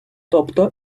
тобто